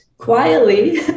quietly